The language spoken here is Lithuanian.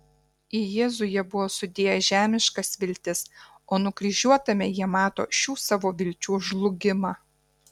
į jėzų jie buvo sudėję žemiškas viltis o nukryžiuotame jie mato šių savo vilčių žlugimą